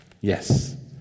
Yes